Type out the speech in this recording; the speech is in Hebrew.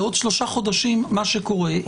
בעוד שלושה חודשים מה שקורה,